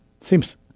seems